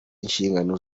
inshingano